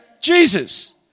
Jesus